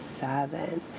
Seven